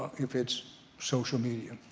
if it's social media.